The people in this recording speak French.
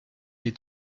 est